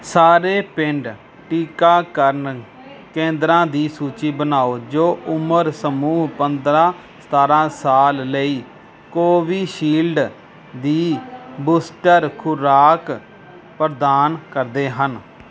ਸਾਰੇ ਪਿੰਡ ਟੀਕਾਕਰਨ ਕੇਂਦਰਾਂ ਦੀ ਸੂਚੀ ਬਣਾਓ ਜੋ ਉਮਰ ਸਮੂਹ ਪੰਦਰਾਂ ਸਤਾਰਾਂ ਸਾਲ ਲਈ ਕੋਵਿਸ਼ਿਲਡ ਦੀ ਬੂਸਟਰ ਖੁਰਾਕ ਪ੍ਰਦਾਨ ਕਰਦੇ ਹਨ